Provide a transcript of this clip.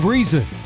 Reason